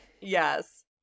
Yes